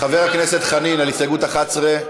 חבר הכנסת חנין, על הסתייגות 11?